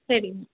சரிங்க